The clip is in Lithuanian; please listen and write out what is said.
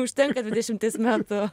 užtenka dešimties metų